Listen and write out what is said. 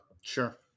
sure